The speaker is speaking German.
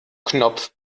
knopf